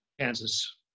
kansas